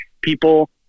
people